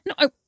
No